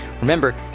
remember